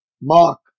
Mark